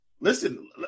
Listen